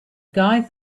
guy